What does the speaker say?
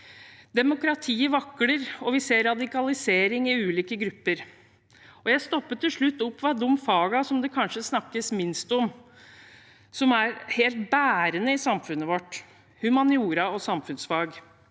Demokratiet vakler, og vi ser radikalisering i ulike grupper. Jeg stopper til slutt opp ved de fagene som det kanskje snakkes minst om, men som er helt bærende i samfunnet vårt, humaniora og samfunnsfag.